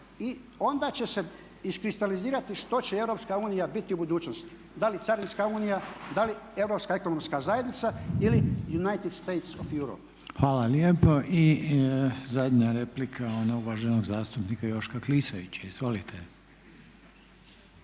i onda će se iskristalizirati što će Europska unija biti u budućnosti da li carinska unija, da li europska ekonomska zajednica ili United State of Europe. **Reiner, Željko (HDZ)** Hvala lijepa. I zadnja replika ona uvaženog zastupnika Joška Klisovića. Izvolite.